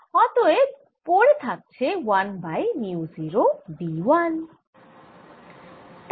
অতএব পড়ে থাকছে 1 বাই মিউ 0 v 1